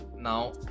Now